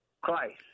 Christ